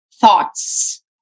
thoughts